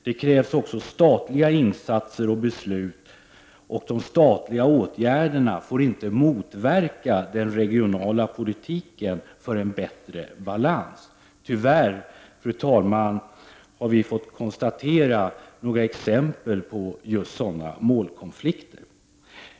Det krävs också statliga insatser och beslut, och de statliga åtgärderna får inte motverka den regionala politiken för en bättre balans. Tyvärr, fru talman, har vi kunnat notera några exempel på just sådana målkonflikter.